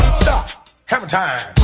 stop hammer time